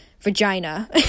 vagina